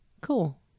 cool